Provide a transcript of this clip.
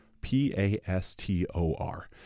P-A-S-T-O-R